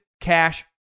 cash